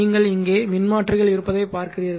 நீங்கள் இங்கே மின்மாற்றிகள் இருப்பதை பார்க்கிறீர்கள்